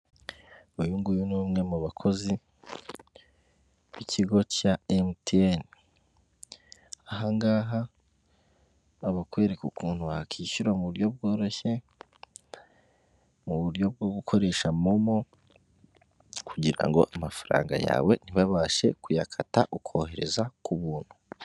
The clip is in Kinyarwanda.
Uyu nguyu ni umwe mu bakozi b'ikigo cya emutiyene, ahangaha barakwereka ukuntu wakwishyura mu buryo bworoshye mu buryo bwo gukoresha momo kugira amafaranga yawe ntibabashe kuyakata ukohereza ku buntu.